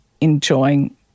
enjoying